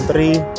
Three